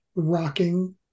rocking